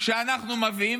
שאנחנו מביאים,